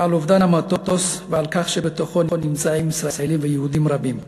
על אובדן המטוס ועל כך שנמצאים בתוכו ישראלים ויהודים רבים.